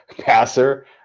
passer